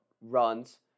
runs